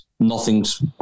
nothing's